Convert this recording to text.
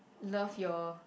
love your